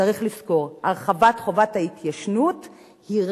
צריך לזכור: הרחבת תקופת ההתיישנות רק